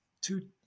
two